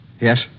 Yes